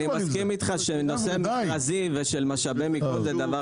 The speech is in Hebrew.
אני מסכים איתך שנושא מכרזים ומשאבי מיכון זה דבר מסובך.